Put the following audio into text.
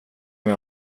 med